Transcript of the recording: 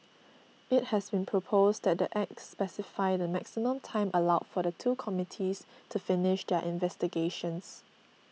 it has been proposed that the Act specify the maximum time allowed for the two committees to finish their investigations